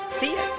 See